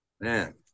Man